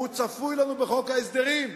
צפוי לנו בחוק ההסדרים.